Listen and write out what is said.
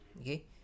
Okay